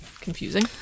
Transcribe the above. confusing